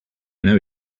know